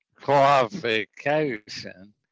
qualification